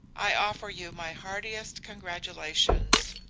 i offer you my heartiest congratulations.